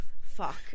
Fuck